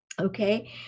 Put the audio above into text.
okay